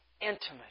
intimate